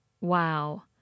Wow